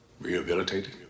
rehabilitated